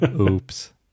oops